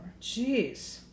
Jeez